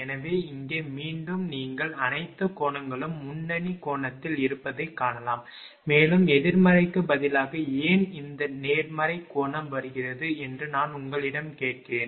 எனவே இங்கே மீண்டும் நீங்கள் அனைத்து கோணங்களும் முன்னணி கோணத்தில் இருப்பதைக் காணலாம் மேலும் எதிர்மறைக்கு பதிலாக ஏன் இந்த நேர்மறை கோணம் வருகிறது என்று நான் உங்களிடம் கேட்கிறேன்